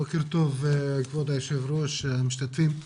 בוקר טוב, כבוד היושב ראש והמשתתפים.